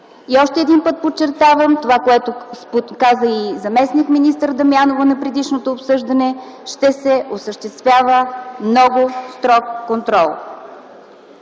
Още един път подчертавам това, което каза и заместник-министър Дамянова на предишното обсъждане: ще се осъществява много строг контрол!